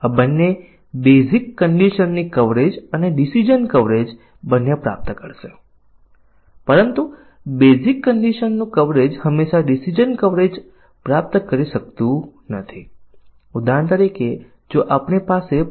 અથવા જો તમે વ્હાઇટ બોક્સ પરીક્ષણ ન કરો તો ફક્ત બ્લેક બોક્સ પરીક્ષણ કરો પછી બ્લેક બોક્સ પરીક્ષણથી આ પ્રકારની સમસ્યાઓ શોધી શકશો નહીં મારે ઉદાહરણો આપવા પડશે